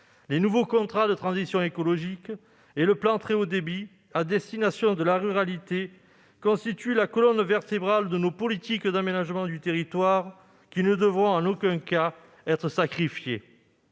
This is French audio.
les nouveaux contrats de transition écologique et le plan France Très haut débit à destination de la ruralité constituent la colonne vertébrale de nos politiques d'aménagement du territoire, qui ne devront en aucun cas être sacrifiées.